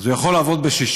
אז הוא יכול לעבוד בשישי,